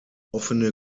offene